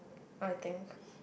I think